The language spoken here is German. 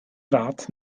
rat